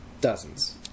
Dozens